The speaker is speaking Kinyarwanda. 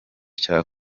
cya